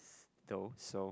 though so